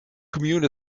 commune